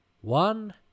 one